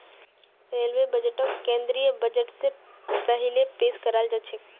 railway बजटक केंद्रीय budget स पहिले पेश कराल जाछेक